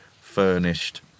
furnished